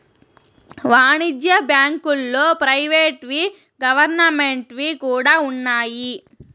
వాణిజ్య బ్యాంకుల్లో ప్రైవేట్ వి గవర్నమెంట్ వి కూడా ఉన్నాయి